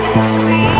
Sweet